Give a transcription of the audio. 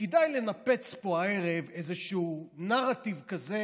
וכדאי לנפץ פה הערב איזשהו נרטיב כזה,